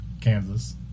Kansas